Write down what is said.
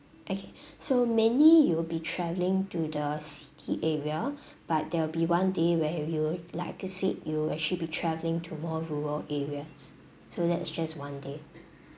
okay so mainly you'll be travelling to the city area but there will be one day where you will like I said you'll actually be travelling to more rural areas so that is just one day